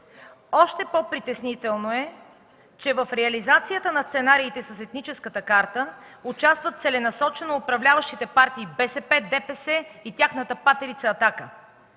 Още по-притеснително е, че в реализацията на сценариите с етническата карта участват целенасочено управляващите партии БСП, ДПС и тяхната патерица „Атака”.